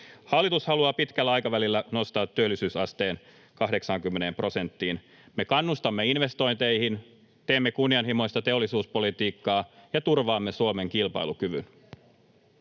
Hallitus haluaa pitkällä aikavälillä nostaa työllisyysasteen 80 prosenttiin. Me kannustamme investointeihin, teemme kunnianhimoista teollisuuspolitiikkaa ja turvaamme Suomen kilpailukyvyn.